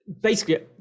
basically-